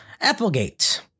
Applegate